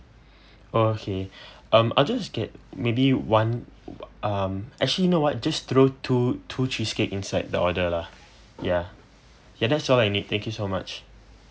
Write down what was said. oh okay um I 'll just get maybe one um actually you know what just throw two two cheesecake inside the order lah ya ya that's all I need thank you so much